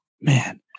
man